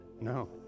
no